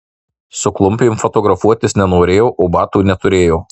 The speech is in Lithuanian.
su klumpėm fotografuotis nenorėjo o batų neturėjo